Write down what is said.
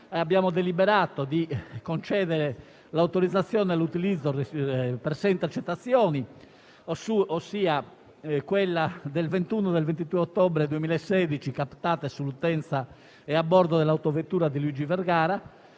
abbiamo deliberato di concedere l'autorizzazione all'utilizzo di sei intercettazioni, ossia quelle del 21 e del 22 ottobre 2016, captate sull'utenza e a bordo dell'autovettura di Luigi Vergara,